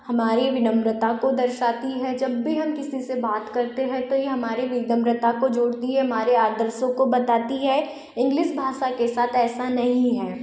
हमारे विनम्रता को दर्शाती है जब भी हम किसी से बात करते है तो यह हमारे विनम्रता को जोड़ती है हमारे आदर्शों को बताती है इंग्लिस भाषा के साथ ऐसा नहीं है